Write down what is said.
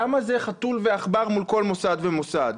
למה זה חתול ועכבר מול כל מוסד ומוסד?